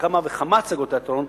כמה וכמה הצגות תיאטרון,